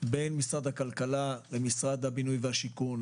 בין משרד הכלכלה למשרד הבינוי והשיכון,